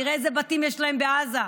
תראה איזה בתים יש להם בעזה,